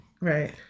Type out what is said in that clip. Right